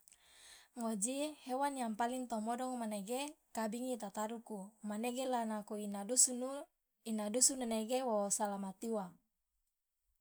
ngoji hewan yang paling to modongo manege kabingi yang itataduku manege la nako ina dusunu ina dusunu nege wo salamat uwa.